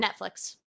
Netflix